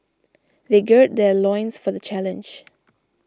they gird their loins for the challenge